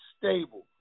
stable